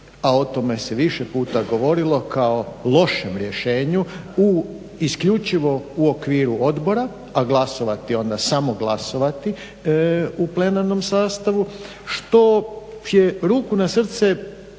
a o tome se više puta govorilo kao lošem rješenju u isključivo u okviru odbora a glasovati onda, samo glasovati, u plenarnom sastavu što je ruku na srce